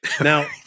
Now